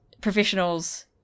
professionals